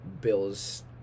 Bill's